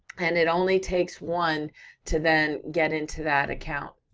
and it only takes one to then get into that account.